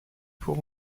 pour